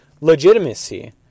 legitimacy